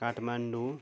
Kathmandu